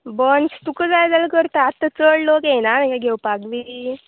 बंस तुका जाय जाल्यार करता आतां चड लोक येयना न्हू गे घेवपाक बी